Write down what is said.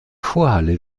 vorhalle